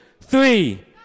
Three